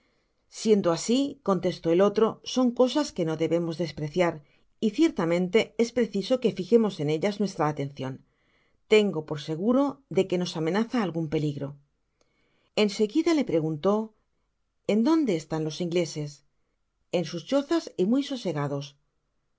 siendo asi contestó el otro son cosas que no debemos despreciar y ciertamente es preciso que fijemos en ellas nuestra atencion tengo por seguro de que nos amenaza algun peligro en seguida le pregunto en dónde están los ingleses en sus chozas y muy sosegados